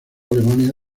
alemania